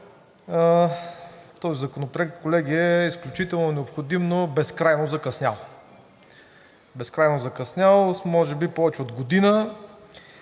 този законопроект, колеги, е изключително необходим, но безкрайно закъснял. Безкрайно закъснял – с може би повече от година.